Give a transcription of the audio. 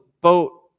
boat